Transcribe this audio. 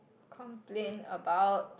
complain about